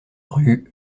rue